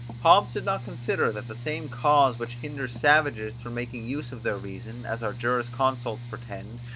hobbes did not consider that the same cause, which hinders savages from making use of their reason, as our jurisconsults pretend,